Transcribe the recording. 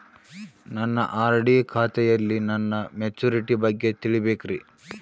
ನನ್ನ ಆರ್.ಡಿ ಖಾತೆಯಲ್ಲಿ ನನ್ನ ಮೆಚುರಿಟಿ ಬಗ್ಗೆ ತಿಳಿಬೇಕ್ರಿ